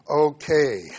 Okay